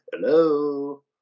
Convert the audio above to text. hello